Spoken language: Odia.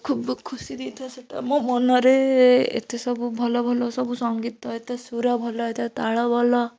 ଖୁବ ଖୁସି ଦେଇଥାଏ ସେଇଟା ମୋ ମନରେ ଏତେ ସବୁ ଭଲ ଭଲ ସବୁ ସଂଗୀତ ଏତେ ସୁର ଭଲ ଏତେ ତାଳ ଭଲ